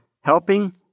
helping